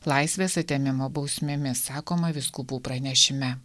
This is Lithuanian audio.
laisvės atėmimo bausmėmis sakoma vyskupų pranešime